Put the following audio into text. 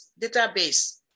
Database